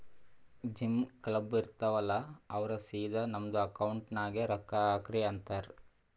gym, club, ಇರ್ತಾವ್ ಅಲ್ಲಾ ಅವ್ರ ಸಿದಾ ನಮ್ದು ಅಕೌಂಟ್ ನಾಗೆ ರೊಕ್ಕಾ ಹಾಕ್ರಿ ಅಂತಾರ್